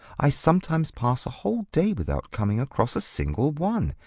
i sometimes pass a whole day without coming across a single one.